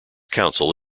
council